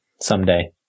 someday